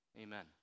Amen